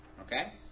Okay